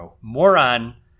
moron